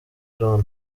john